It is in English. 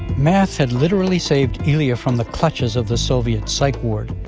math had literally saved ilya from the clutches of the soviet psych ward,